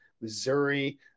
Missouri